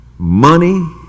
Money